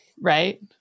right